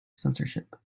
censorship